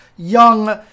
Young